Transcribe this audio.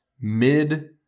mid